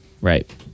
Right